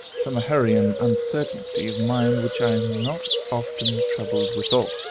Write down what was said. from a hurry and uncertainty of mind which i am not often troubled withal.